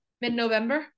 mid-november